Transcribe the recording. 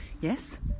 Yes